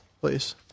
please